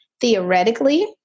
theoretically